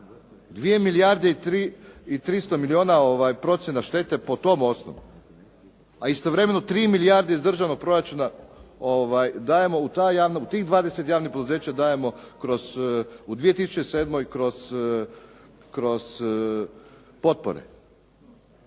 2 milijarde i 300 milijuna procjena štete po tom osnovu. A istovremeno, 3 milijarde iz državnog proračuna dajemo u ta javna, u tih 20 javnih poduzeća dajemo u 2007. kroz potpore.